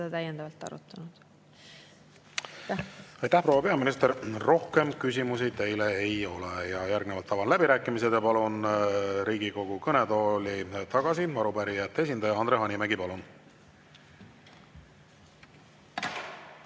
täiendavalt arutanud. Aitäh, proua peaminister! Rohkem küsimusi teile ei ole. Järgnevalt avan läbirääkimised ja palun Riigikogu kõnetooli tagasi arupärijate esindaja. Andre Hanimägi, palun!